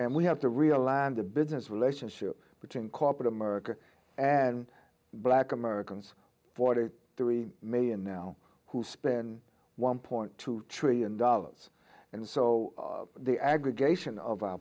and we have to realign the business relationship between corporate america and black americans forty three million now who spend one point two trillion dollars and so the aggregation of our